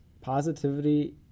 positivity